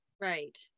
Right